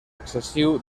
excessiu